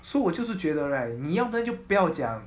so 我就是觉得 right 你要不要就不要讲